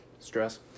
Stress